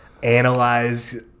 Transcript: Analyze